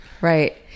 Right